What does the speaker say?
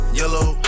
yellow